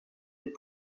des